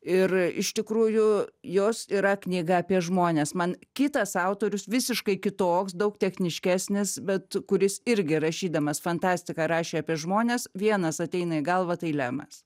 ir iš tikrųjų jos yra knyga apie žmones man kitas autorius visiškai kitoks daug techniškesnis bet kuris irgi rašydamas fantastiką rašė apie žmones vienas ateina į galvą tai lemas